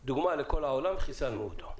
שהיווה דוגמה לכל העולם וחיסלנו את זה.